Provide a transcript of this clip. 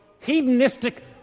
hedonistic